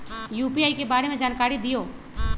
UPI के बारे में जानकारी दियौ?